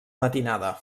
matinada